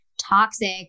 toxic